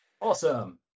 Awesome